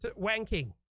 wanking